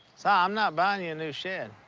ah i'm not buying you a new shed.